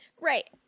Right